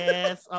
Yes